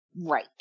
Right